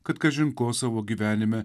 kad kažin ko savo gyvenime